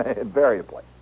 invariably